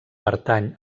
pertany